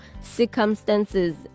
circumstances